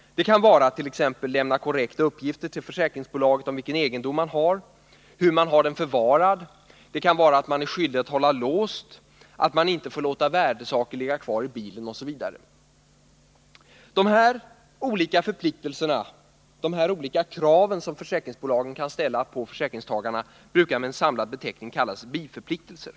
Det kant.ex. gälla att lämna korrekta uppgifter till försäkringsbolaget om vilken egendom man har och om hur man har den förvarad. Det kan vara att man är skyldig att hålla låst, att man inte får låta värdesaker ligga kvar i bilen osv. Dessa olika krav som försäkringsbolagen kan ställa på försäkringstagarna brukar med en samlad beteckning kallas biförpliktelser.